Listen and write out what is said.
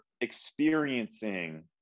experiencing